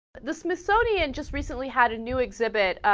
the smithsonian just recently had a new exhibit ah.